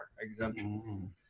exemption